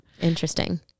Interesting